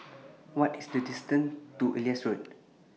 What IS The distance to Elias Road